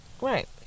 Right